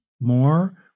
more